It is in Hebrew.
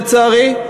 לצערי,